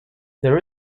there